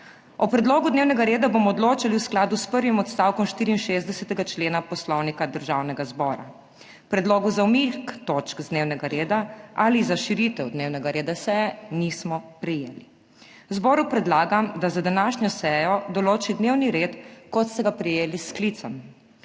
O predlogu dnevnega reda bomo odločali v skladu s prvim odstavkom 64. člena Poslovnika Državnega zbora. Predlogov za umik točk z dnevnega reda ali za širitev dnevnega reda seje nismo prejeli. Zboru predlagam, da za današnjo sejo določi dnevni red, kot ste ga prejeli s sklicem.